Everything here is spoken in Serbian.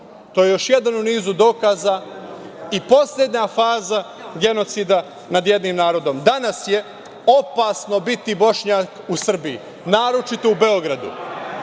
To je još jedan u nizu dokaza i poslednja faza genocida nad jednim narodom. Danas je opasno biti Bošnjak u Srbiji, naročito u Beogradu.